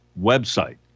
website